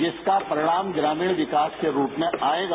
जिसका परिणाम ग्रामीण विकास के रूप में आएगा